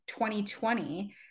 2020